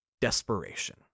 Desperation